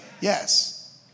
Yes